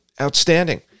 Outstanding